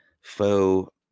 faux